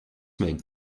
mean